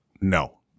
no